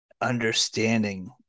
understanding